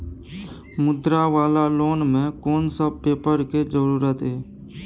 मुद्रा वाला लोन म कोन सब पेपर के जरूरत इ?